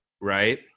right